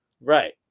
right